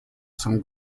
some